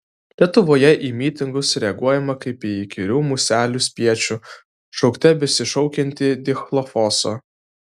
lietuvoje į mitingus reaguojama kaip į įkyrių muselių spiečių šaukte besišaukiantį dichlofoso